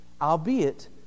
albeit